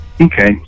Okay